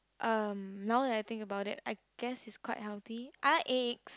um now that I think about it I guess is quite healthy I like eggs